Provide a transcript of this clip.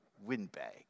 windbag